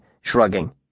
shrugging